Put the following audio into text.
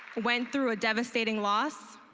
went through a devastating loss.